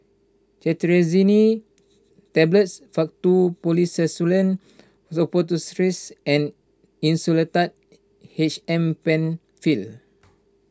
Cetirizine Tablets Faktu Policresulen Suppositories and Insulatard H M Penfill